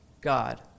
God